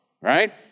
right